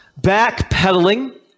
backpedaling